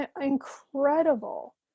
incredible